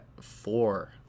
four